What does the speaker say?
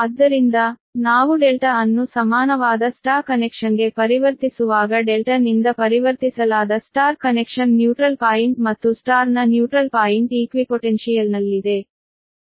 ಆದ್ದರಿಂದ ನಾವು ∆ ಅನ್ನು ಸಮಾನವಾದ Y ಕನೆಕ್ಷನ್ಗೆ ಪರಿವರ್ತಿಸುವಾಗ ∆ ನಿಂದ ಪರಿವರ್ತಿಸಲಾದ Y ಕನೆಕ್ಷನ್ ನ್ಯೂಟ್ರಲ್ ಪಾಯಿಂಟ್ ಮತ್ತು Y ನ ನ್ಯೂಟ್ರಲ್ ಪಾಯಿಂಟ್ ಈಕ್ವಿಪೊಟೆನ್ಷಿಯಲ್ನಲ್ಲಿದೆ